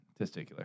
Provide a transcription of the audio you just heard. Testicular